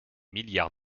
milliards